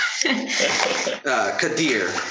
Kadir